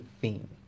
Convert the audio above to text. theme